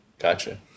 Gotcha